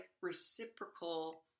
reciprocal